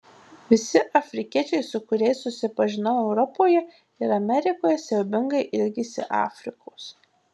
visi afrikiečiai su kuriais susipažinau europoje ir amerikoje siaubingai ilgisi afrikos